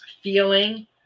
feeling